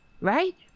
right